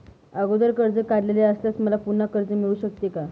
अगोदर कर्ज काढलेले असल्यास मला पुन्हा कर्ज मिळू शकते का?